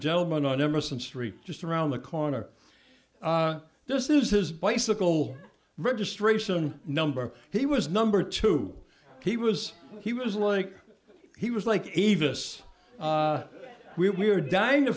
gentleman on emerson street just around the corner this is his bicycle registration number he was number two he was he was like he was like eavis we are dying to